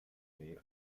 may